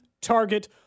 target